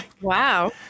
Wow